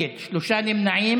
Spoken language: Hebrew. נמנעים.